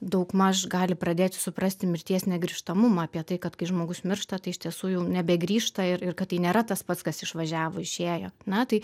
daugmaž gali pradėti suprasti mirties negrįžtamumą apie tai kad kai žmogus miršta tai iš tiesų jau nebegrįžta ir kad tai nėra tas pats kas išvažiavo išėjo na tai